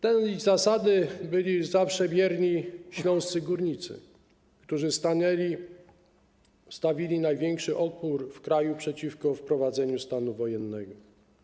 Tej zasadzie byli zawsze wierni śląscy górnicy, którzy stawili największy opór w kraju przeciwko wprowadzeniu stanu wojennego.